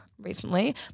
recently